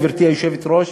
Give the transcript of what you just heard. גברתי היושבת-ראש,